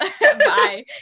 bye